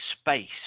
space